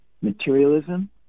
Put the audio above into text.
materialism